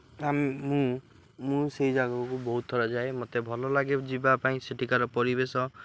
ତା ମୁଁ ମୁଁ ସେହି ଜାଗାକୁ ବହୁତ ଥର ଯାଏ ମୋତେ ଭଲ ଲାଗେ ଯିବା ପାଇଁ ସେଠିକାର ପରିବେଶ